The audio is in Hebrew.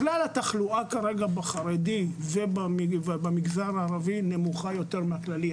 בכלל התחלואה כרגע בחרדים ובמגזר הערבי היא נמוכה יותר מהמגזר הכללי.